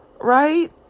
right